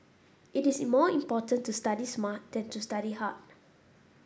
it is more important to study smart than to study hard